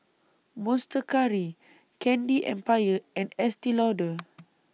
Monster Curry Candy Empire and Estee Lauder